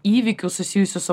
įvykių susijusių su